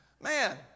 Man